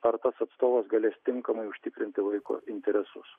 ar tas atstovas galės tinkamai užtikrinti vaiko interesus